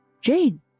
Jane